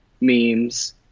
memes